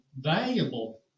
valuable